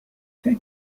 فکر